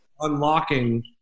unlocking